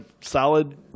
solid